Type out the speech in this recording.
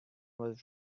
was